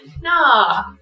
nah